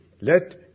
let